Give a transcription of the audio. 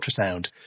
ultrasound